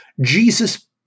Jesus